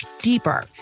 deeper